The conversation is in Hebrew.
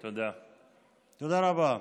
תודה רבה.